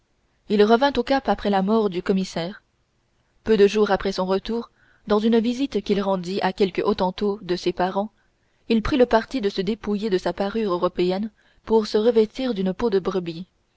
il revint au cap après la mort du commissaire peu de jours après son retour dans une visite qu'il rendit à quelques hottentots de ses parents il prit le parti de se dépouiller de sa parure européenne pour se revêtir d'une peau de brebis